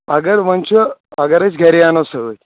اگر وۄنۍ چھُ اگر أسۍ گری اَنو سۭتۍ